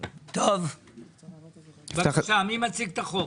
טוב, בבקשה, מי מציג את החוק?